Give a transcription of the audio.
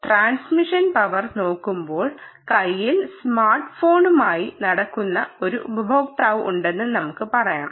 transmission power നോക്കുമ്പോൾ കയ്യിൽ smart ഫോണുമായി നടക്കുന്ന ഒരു ഉപയോക്താവ് ഉണ്ടെന്ന് നമുക്ക് പറയാം